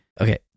Okay